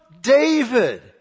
David